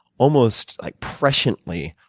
almost like presciently,